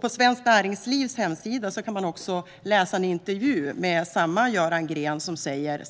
På Svenskt Näringslivs hemsida kan man läsa en intervju med samma Göran Grén, som säger: